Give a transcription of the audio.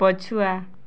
ପଛୁଆ